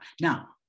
Now